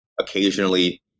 occasionally